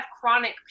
chronic